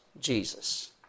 Jesus